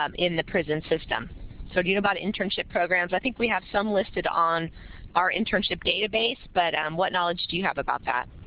um in the prison system. so, do you know about internship programs? i think we have some listed on our internship database but and what knowledge do you have about that?